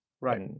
Right